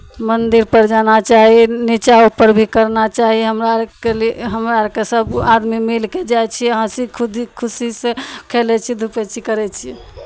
मन्दिरपर जाना चाही नीचाँ ऊपर भी करना चाही हमरा अरके लिए हमरा अरके सभ आदमी मिलि कऽ जाइ छियै हँसी खुदी खुशीसँ खेलै छियै धूपै छियै करै छियै